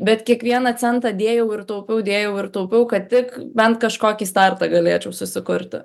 bet kiekvieną centą dėjau ir taupiau dėjau ir taupiau kad tik bent kažkokį startą galėčiau susikurti